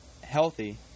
healthy